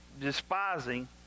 despising